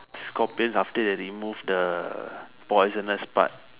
scorpions after they remove the poisonous part